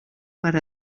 per